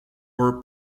were